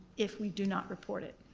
if we do not report it.